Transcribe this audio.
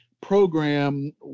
program